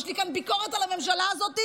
יש לי כאן ביקורת על הממשלה הזאת,